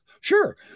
Sure